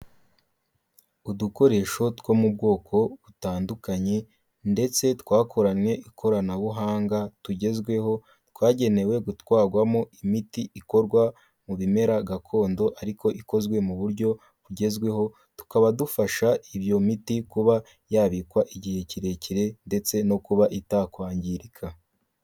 Udukoresho two mu bwoko butandukanye ndetse twakoranywe ikoranabuhanga tugezweho, twagenewe gutwarwamo imiti ikorwa mu bimera gakondo ariko ikozwe mu buryo bugezweho, tukaba dufasha iyo miti kuba yabkwa igihe kirekire ndetse no kuba itakwangirika.